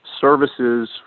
services